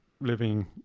living